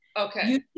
Okay